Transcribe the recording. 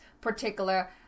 particular